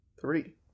three